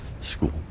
school